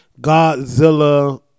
Godzilla